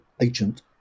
agent